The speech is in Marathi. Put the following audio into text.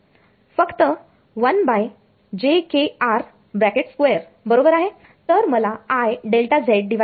फक्त बरोबर आहे